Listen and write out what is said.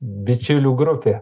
bičiulių grupė